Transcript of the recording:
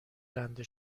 رنده